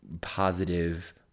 positive